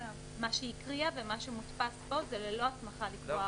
זה מה שמודפס ומונח לפני החברים